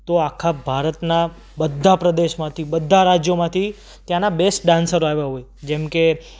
તો આખા ભારતના બધા પ્રદેશમાંથી બધાં રાજ્યોમાંથી ત્યાંના બેસ્ટ ડાન્સરો આવ્યા હોય જેમકે